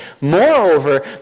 Moreover